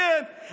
כן, כן.